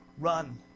Run